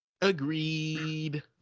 Agreed